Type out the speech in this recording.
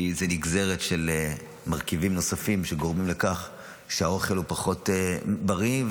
כי זה נגזרת של מרכיבים נוספים שגורמים לכך שהאוכל הוא פחות בריא,